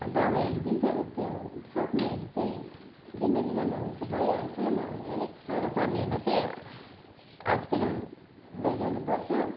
दबईहरू दिन्छ र त्यो सक्नेहरू चाहिँ बिमारी राम्रो हुन्छ भइहाल्छ नहुने अलिक साह्रो पर्नेहरूलाई चाहिँ हस्पिटल लैजानु पर्छ